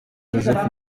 joseph